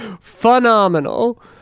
Phenomenal